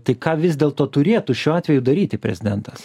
tai ką vis dėlto turėtų šiuo atveju daryti prezidentas